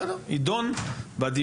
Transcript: בסדר, יידון בדיון.